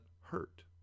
hurt